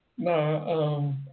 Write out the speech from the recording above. No